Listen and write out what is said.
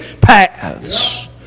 paths